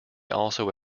also